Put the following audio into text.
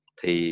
thì